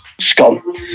scum